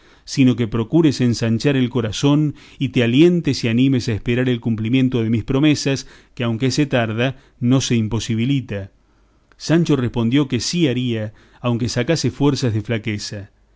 sino que procures ensanchar el corazón y te alientes y animes a esperar el cumplimiento de mis promesas que aunque se tarda no se imposibilita sancho respondió que sí haría aunque sacase fuerzas de flaqueza